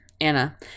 Anna